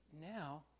now